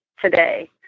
today